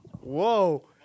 Whoa